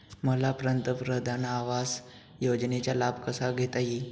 मला पंतप्रधान आवास योजनेचा लाभ कसा घेता येईल?